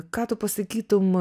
ką tu pasakytum